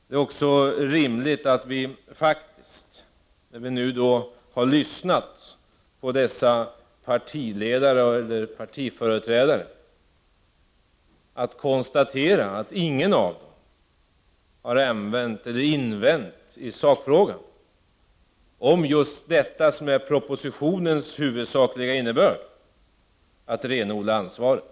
Det är också rimligt att vi faktiskt, när vi nu har lyssnat på dessa partiledare och andra partiföreträdare, konstaterar att ingen av dem har invänt i sakfrågan om just detta som är propositionens huvudsakliga innebörd, nämligen en renodling av ansvaret.